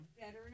Better